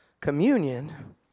Communion